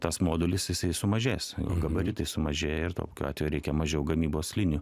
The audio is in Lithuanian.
tas modulis jisai sumažės gabaritai sumažėja ir tokiu atveju reikia mažiau gamybos linijų